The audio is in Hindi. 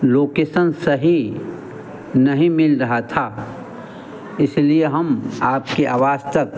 लोकेसन सही नहीं मिल रहा था इसलिए हम आपकी आवाज़ तक